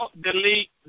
Delete